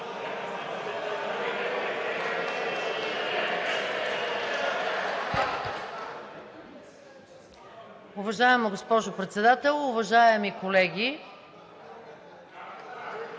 Уважаема госпожо Председател, уважаеми колеги!